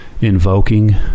invoking